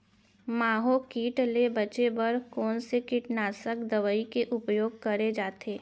माहो किट ले बचे बर कोन से कीटनाशक दवई के उपयोग करे जाथे?